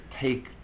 take